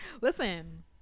Listen